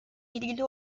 ilgili